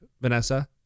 Vanessa